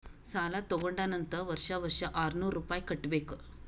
ಸಾಲಾ ತಗೊಂಡಾನ್ ಅಂತ್ ವರ್ಷಾ ವರ್ಷಾ ಆರ್ನೂರ್ ರುಪಾಯಿ ಕಟ್ಟಬೇಕ್